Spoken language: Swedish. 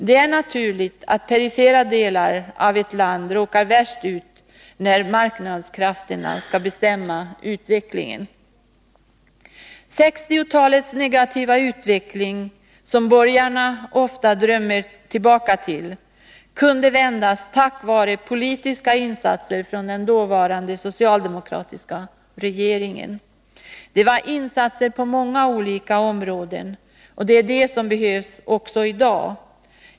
Det är naturligt att de perifera delarna av ett land råkar värst ut när marknadskrafterna skall bestämma utvecklingen. Den negativa utveckling som rådde under 1960-talet, vilket borgarna ofta drömmer sig tillbaka till, kunde vändas tack vare politiska insatser från den dåvarande socialdemokratiska regeringen. Det var insatser på många olika områden. Det är sådana insatser som behövs även i dag.